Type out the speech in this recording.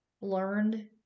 learned